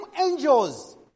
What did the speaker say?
angels